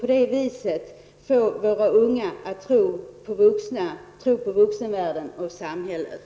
På det viset kan vi få våra unga att tro på vuxenvärlden och samhället.